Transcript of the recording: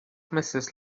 mrs